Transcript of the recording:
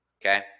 okay